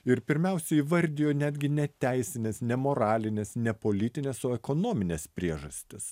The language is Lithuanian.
ir pirmiausia įvardijo netgi ne teisines ne moralines ne politines o ekonomines priežastis